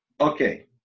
Okay